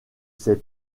sait